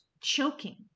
choking